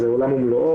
וזה עולם ומלואו.